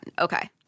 Okay